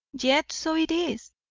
yet so it is,